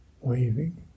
waving